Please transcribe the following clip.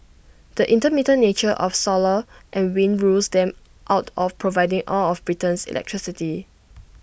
the intermittent nature of solar and wind rules them out of providing all of Britain's electricity